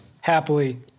happily